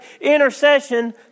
intercession